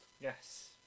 Yes